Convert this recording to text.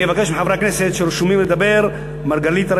אני אבקש מחברי הכנסת שרשומים לדבר: אראל מרגלית,